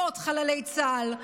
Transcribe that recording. מאות חללי צה"ל,